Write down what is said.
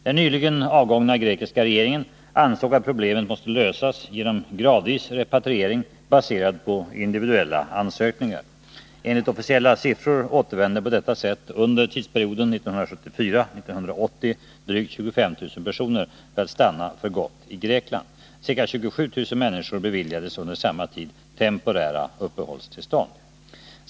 Den nyligen avgångna grekiska regeringen ansåg att problemet måste lösas genom gradvis repatriering baserad på individuella ansökningar. Enligt officiella siffror återvände på detta sätt under tidsperioden 1974-1980 drygt 25 000 personer för att stanna för gott i Grekland. Ca 27 000 människor beviljades under samma tid temporära uppehållstillstånd.